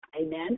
Amen